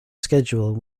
schedule